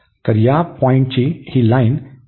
तर या पॉईंटची ही लाईन xa आहे